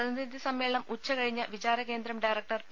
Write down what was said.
പ്രതിനിധി സമ്മേളനം ഉച്ചകഴിഞ്ഞ് വിചാര കേന്ദ്രം ഡയരക്ടർ പി